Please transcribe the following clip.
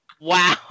Wow